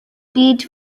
bid